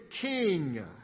king